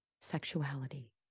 sexuality